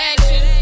action